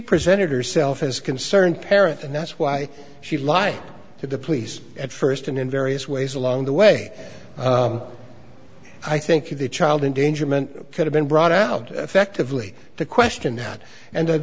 presented herself as concerned parents and that's why she lied to the police at first and in various ways along the way i think if the child endangerment could have been brought out effectively the question that and